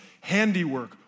handiwork